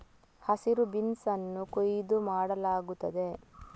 ಹಸಿರು ಬೀನ್ಸ್ ಅನ್ನು ಕೊಯ್ಲು ಮಾಡಲಾಗುತ್ತದೆ